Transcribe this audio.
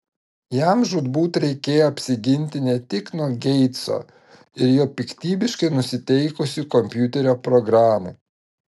jam žūtbūt reikėjo apsiginti ne tik nuo geitso ir jo piktybiškai nusiteikusių kompiuterio programų